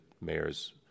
mayor's